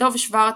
דב שוורץ,